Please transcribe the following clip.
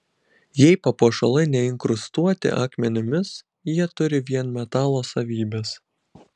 jei papuošalai neinkrustuoti akmenimis jie turi vien metalo savybes